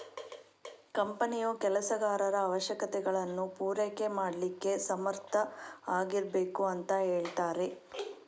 ಕಂಪನಿಯು ಕೆಲಸಗಾರರ ಅವಶ್ಯಕತೆಗಳನ್ನ ಪೂರೈಕೆ ಮಾಡ್ಲಿಕ್ಕೆ ಸಮರ್ಥ ಆಗಿರ್ಬೇಕು ಅಂತ ಹೇಳ್ತಾರೆ